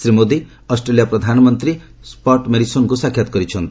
Shri Modi Australia ପ୍ରଧାନମନ୍ତ୍ରୀ Scott ମେରିସନ୍କୁ ସାକ୍ଷାତ କରିଛନ୍ତି